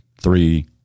three